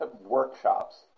workshops